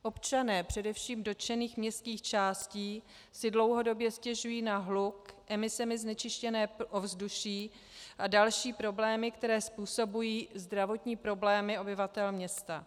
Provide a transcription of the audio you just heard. Občané především dotčených městských částí si dlouhodobě stěžují na hluk, emisemi znečištěné ovzduší a další problémy, které způsobují zdravotní problémy obyvatel města.